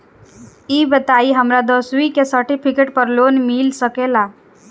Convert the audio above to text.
ई बताई हमरा दसवीं के सेर्टफिकेट पर लोन मिल सकेला?